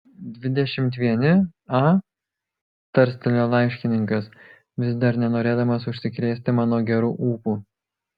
dvidešimt vieni a tarstelėjo laiškininkas vis dar nenorėdamas užsikrėsti mano geru ūpu